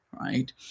right